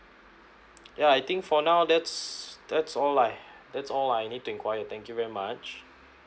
yeah I think for now that's that's all I that's all I need to enquire thank you very much